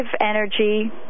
energy